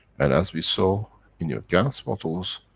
and as we saw in your gans bottles,